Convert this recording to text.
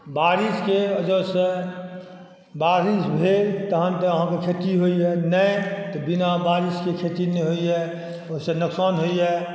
बारिशके वजहसँ बारिश भेल तहन तऽ आहाँके खेती होइया नहि तऽ बिना बारिशके खेती नहि होइया ओहिसॅं नोकसान होइया